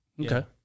Okay